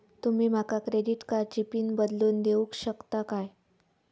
तुमी माका क्रेडिट कार्डची पिन बदलून देऊक शकता काय?